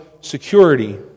security